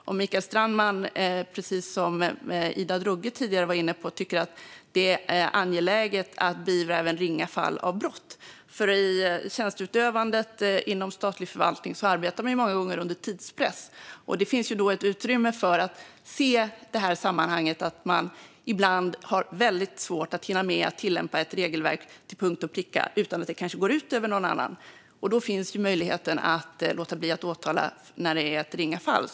Tycker Mikael Strandman att det, som Ida Drougge var inne på tidigare, är angeläget att beivra även ringa fall av brott? I tjänsteutövandet inom statlig förvaltning arbetar man ju många gånger under tidspress, och det bör finnas utrymme för att se att man i det sammanhanget ibland har väldigt svårt att hinna med att tillämpa ett regelverk till punkt och pricka utan att det går ut över någon annan. Då finns möjligheten att låta bli att åtala när det är ett ringa fall.